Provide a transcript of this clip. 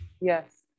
Yes